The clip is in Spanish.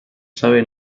sabe